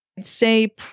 say